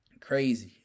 Crazy